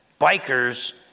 bikers